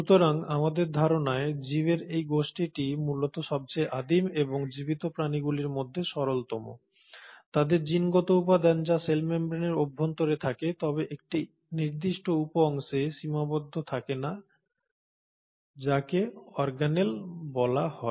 সুতরাং আমাদের ধারণায় জীবের এই গোষ্ঠীটি মূলত সবচেয়ে আদিম এবং জীবিত প্রাণীগুলির মধ্যে সরলতম তাদের জিনগত উপাদান যা সেল মেমব্রেনের অভ্যন্তরে থাকে তবে একটি নির্দিষ্ট উপ অংশে সীমাবদ্ধ থাকে না যাকে অর্গানেল বলা হয়